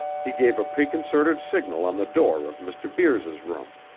he gave a preconcerted signal on the door of mr. beers's room.